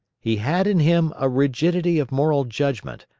he had in him a rigidity of moral judgment,